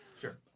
Sure